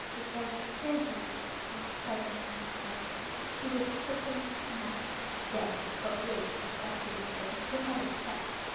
the air sizzled for seventeen seconds. he was quickly pronounced dead. but wait, a spectator said, just look at his chest.